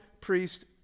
priest